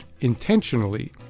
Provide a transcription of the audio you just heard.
intentionally